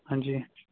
ਹਾਂਜੀ